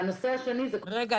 קודם כל,